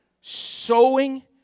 sowing